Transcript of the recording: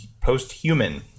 Post-Human